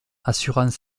assurant